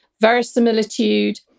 verisimilitude